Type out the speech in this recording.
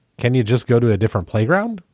can you just go to a different playground?